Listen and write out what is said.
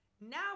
now